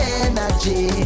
energy